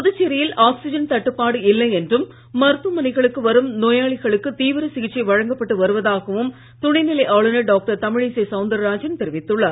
புதுச்சேரியில் ஆக்ஸிஜன் தட்டுப்பாடு இல்லை என்றும் சிகிச்சை மருத்துவமனைகளுக்கு வரும் நோயாளிகளுக்கு தீவிர வழங்கப்பட்டு வருவதாகவும் துணை நிலை ஆளுநர் டாக்டர் தமிழிசை சவுந்தரராஜன் தெரிவித்துள்ளார்